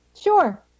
sure